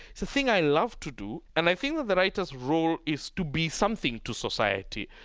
it's a thing i love to do. and i think that the writer's role is to be something to society,